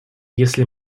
если